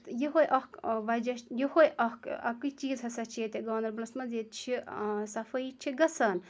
یِہوے اَکھ وَجہ چھُ یِہوے اَکھ اَکٕے چیٖز ہَسا چھ ییٚتہِ گاندَربَلَس مَنٛز ییٚتہِ چھ صفٲیی چھِ گَژھان